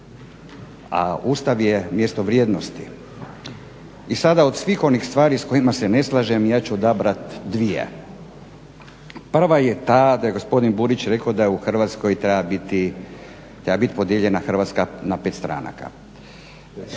A Ustav je mjesto vrijednosti. I sada od svih onih stvari s kojima se ne slažem ja ću odabrati dvije. Prva je ta da je gospodin Burić rekao da u Hrvatskoj treba biti podijeljena Hrvatska na pet regija.